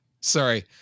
Sorry